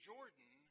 Jordan